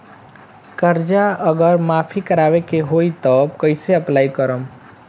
कर्जा अगर माफी करवावे के होई तब कैसे अप्लाई करम?